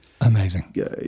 amazing